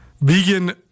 Vegan